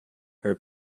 her